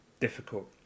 difficult